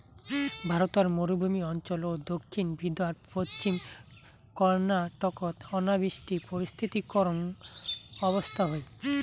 ভারতর মরুভূমি অঞ্চল ও দক্ষিণ বিদর্ভ, পশ্চিম কর্ণাটকত অনাবৃষ্টি পরিস্থিতি করুণ অবস্থা হই